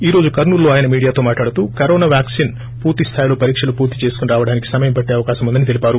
ఈ రోజు కర్పూల్ లో అయన మీడియాతో మాట్లాడుతూ కరోనా వ్యాక్సిన్ పూర్తిస్థాయిలో పరీకలు పూర్తి చేసుకొని రావడానికి సమయం పట్లే అవకాశం ఉందని తెలిపారు